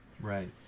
Right